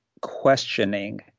questioning